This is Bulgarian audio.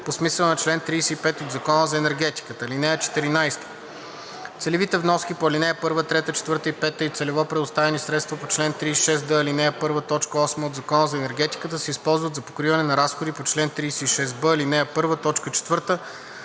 по смисъла на чл. 35 от Закона за енергетиката. (14) Целевите вноски по ал. 1, 3, 4 и 5 и целево предоставени средства по чл. 36д, ал. 1, т. 8 от Закона за енергетиката се използват за покриване на разходи по чл. 36б, ал. 1,